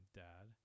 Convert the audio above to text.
dad